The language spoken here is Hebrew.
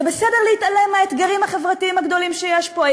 זה בסדר להתעלם מהאתגרים החברתיים הגדולים שיש פה.